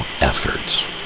efforts